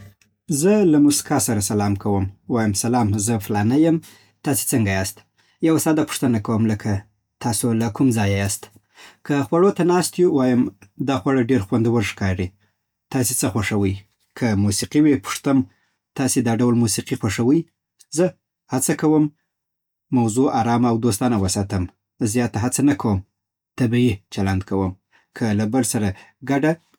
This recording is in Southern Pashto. زه له موسکا سره سلام کوم. وایم: سلام، زه فلانی یم، تاسې څنګه یاست؟ یو ساده پوښتنه کوم، لکه: تاسو له کوم ځایه یاست؟ که خوړو ته ناست یو، وایم: دا خواړه ډېر خوندور ښکاري، تاسې څه خوښوئ؟ که موسيقي وي، پوښتم: تاسې دا ډول موسيقي خوښوئ؟ زه هڅه کوم موضوع ارامه او دوستانه وساتم. زیاته هڅه نه کوم، طبیعي چلند کوم. که له بل سره ګډه